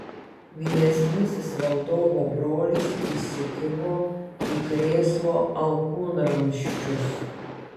vyresnysis valdovo brolis įsikibo į krėslo alkūnramsčius